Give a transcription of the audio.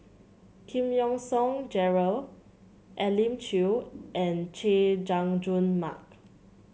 Giam Yean Song Gerald Elim Chew and Chay Jung Jun Mark